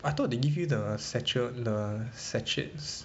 I thought they give you the sachet the sachets